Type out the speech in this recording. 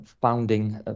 founding